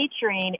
featuring